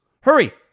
Hurry